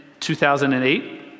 2008